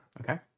Okay